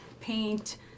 paint